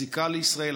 הזיקה לישראל,